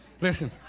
Listen